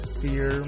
fear